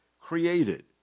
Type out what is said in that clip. created